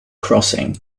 crossing